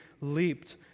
leaped